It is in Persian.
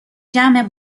جمع